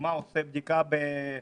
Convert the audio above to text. שעושה בדיקה בשדה התעופה